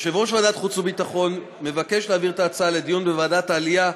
יושב-ראש ועדת החוץ והביטחון מבקש להעביר את ההצעה לדיון בוועדת העלייה,